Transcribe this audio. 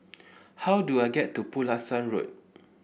how do I get to Pulasan Road